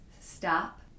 stop